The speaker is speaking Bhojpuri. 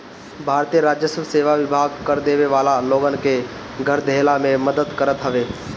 भारतीय राजस्व सेवा विभाग कर देवे वाला लोगन के कर देहला में मदद करत हवे